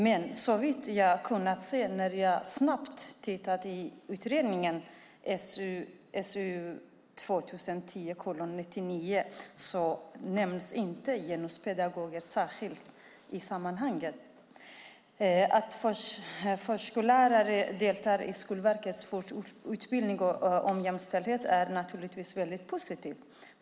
Men såvitt jag har kunnat se när jag snabbt tittat i utredningen SOU 2010:99 nämns inte genuspedagoger särskilt i sammanhanget. Att förskollärare deltar i Skolverkets fortbildning om jämställdhet är naturligtvis positivt.